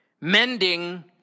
Mending